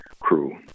crew